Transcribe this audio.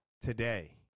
today